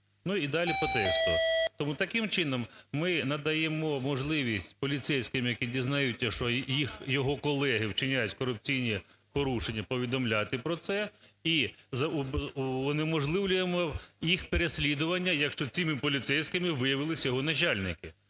Ну і далі по тексту. Тому таким чином ми надаємо можливість поліцейським, які дізнаються, що його колеги вчиняють корупційні порушення, повідомляти про це, і унеможливлюємо їх переслідування, якщо цими поліцейськими виявилися його начальники.